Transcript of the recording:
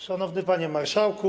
Szanowny Panie Marszałku!